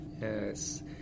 Yes